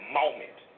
moment